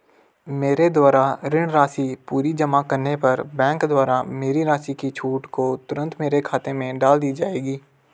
मेरे द्वारा ऋण राशि पूरी जमा करने पर बैंक द्वारा मेरी राशि की छूट को तुरन्त मेरे खाते में डाल दी जायेगी?